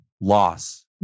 loss